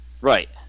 Right